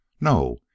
No